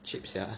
cheap sia